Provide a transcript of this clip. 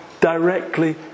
directly